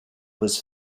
was